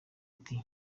ati